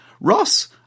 Ross